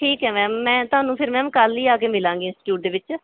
ਠੀਕ ਹੈ ਮੈਮ ਮੈਂ ਤੁਹਾਨੂੰ ਫਿਰ ਮੈਮ ਕੱਲ੍ਹ ਹੀ ਆ ਕੇ ਮਿਲਾਂਗੀ ਇੰਸਟੀਟਿਊਟ ਦੇ ਵਿੱਚ